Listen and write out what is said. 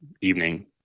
evening